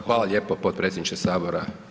Hvala lijepo potpredsjedniče Sabora.